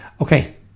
okay